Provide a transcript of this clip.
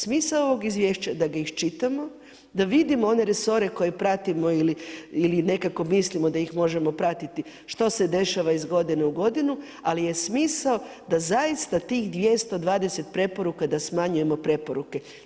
Smisao ovoga izvješća je da ga iščitamo, da vidimo one resore koje pratimo ili nekako mislimo da ih možemo pratiti što se dešava iz godine u godinu, ali je smisao da zaista tih 220 preporuka da smanjujemo preporuke.